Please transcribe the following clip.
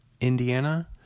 Indiana